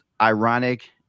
ironic